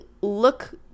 look